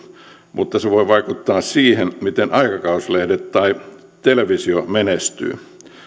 mutta se voi vaikuttaa siihen miten aikakauslehdet tai televisio menestyvät